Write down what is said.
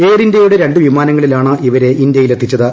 air ഇന്ത്യുടെ രണ്ടു വിമാനങ്ങളിലാണ് ഇവരെ ഇന്ത്യയിലെത്തിച്ചത്